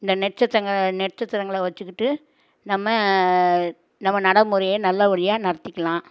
இந்த நட்சத்திரங்களை நட்சத்திரங்களை வச்சுக்கிட்டு நம்ம நம்ம நடைமுறைய நல்லபடியாக நடத்திக்கலாம்